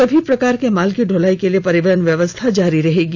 समी प्रकार के माल की द्वलाई के लिए परिवहन व्यवस्था जारी रहेगी